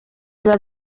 biba